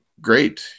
great